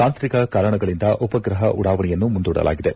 ತಾಂಕ್ರಿಕ ಕಾರಣಗಳಿಂದ ಉಪಗ್ರಪ ಉಡಾವಣೆಯನ್ನು ಮುಂದೂಡಲಾಗಿದೆ